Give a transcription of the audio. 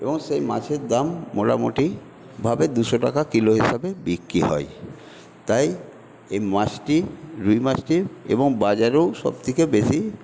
এবং সেই মাছের দাম মোটামুটি ভাবে দুশো টাকা কিলো হিসেবে বিক্রি হয় তাই এই মাছ টি রুই মাছ টি এবং বাজারেও সব থেকে বেশি